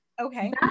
Okay